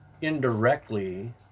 indirectly